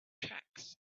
tracts